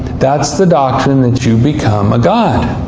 that's the doctrine that you become a god.